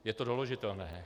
Je to doložitelné.